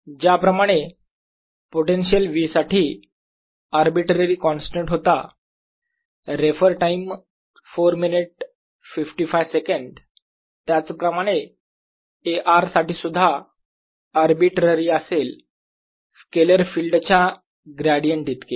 ज्या प्रमाणे potential V साठी अरबीटररी कॉन्स्टंट होता रेफर टाईम 0455 त्याचप्रमाणे A r साठी सुद्धा अरबीटररी असेल स्केलर फील्ड च्या इतके ग्रेडियंट इतके